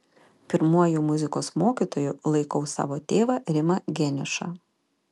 pirmuoju muzikos mokytoju laikau savo tėvą rimą geniušą